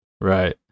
Right